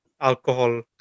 alcohol